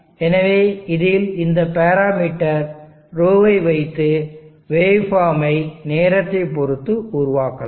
எனவே இதில் இந்த பேராமீட்டர் ρ ஐ வைத்து வேவ் ஃபார்ம் ஐ நேரத்தை பொறுத்து உருவாக்கலாம்